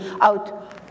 out